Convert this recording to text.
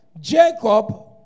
Jacob